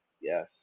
Yes